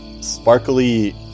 sparkly